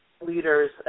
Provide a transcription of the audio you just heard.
leaders